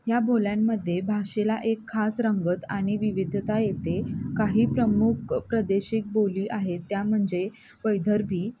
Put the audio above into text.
या बोल्यांमध्ये भाषेला एक खास रंगत आणि विविधता येते काही प्रमुख प्रादेशिक बोली आहे त्या म्हणजे वैदर्भी